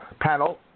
Panel